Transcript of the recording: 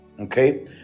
Okay